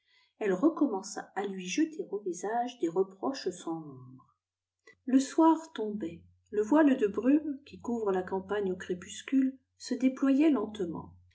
elle recommença à lui jeter au visage des reproches sans nombre le soir tombait le voile de brume qui couvre la campagne au crépuscule se déployait lentement